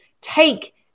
take